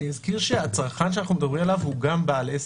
אני אזכיר שהצרכן שאנחנו מדברים עליו הוא גם בעל עסק,